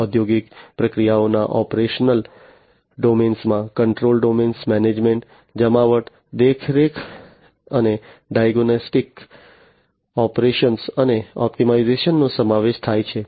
ઔદ્યોગિક પ્રક્રિયાઓના ઓપરેશનલ ડોમેનમાં કંટ્રોલ ડોમેન મેનેજમેન્ટ જમાવટ દેખરેખ અને ડાયગ્નોસ્ટિક્સ ઓપરેશન્સ અને ઑપ્ટિમાઇઝેશનનો સમાવેશ થાય છે